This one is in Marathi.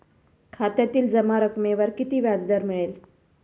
खात्यातील जमा रकमेवर किती व्याजदर मिळेल?